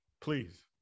Please